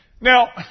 Now